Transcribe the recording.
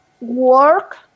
work